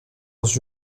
leurs